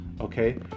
okay